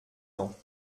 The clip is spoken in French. dents